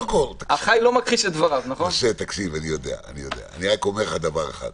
אנחנו הרי מכירים את הצעד הבא.